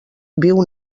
viu